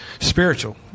spiritual